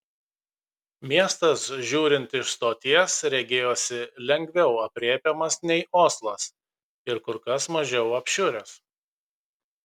miestas žiūrint iš stoties regėjosi lengviau aprėpiamas nei oslas ir kur kas mažiau apšiuręs